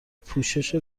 پوشش